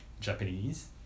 Japanese